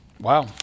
wow